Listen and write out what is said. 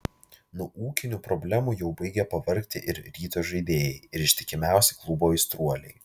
nuo ūkinių problemų jau baigia pavargti ir ryto žaidėjai ir ištikimiausi klubo aistruoliai